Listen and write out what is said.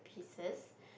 pieces